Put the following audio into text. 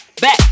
Back